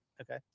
okay